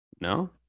No